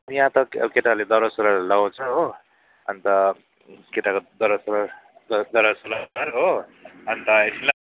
यहाँ त अब केटाहरूले दौरा सुरुवालहरू लगाउँछ हो अन्त केटाहरूले दौरा सुरुवाल हो अन्त